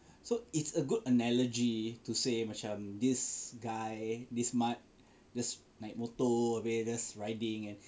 so it's a good analogy to say macam this guy this mat just naik motor habis just riding and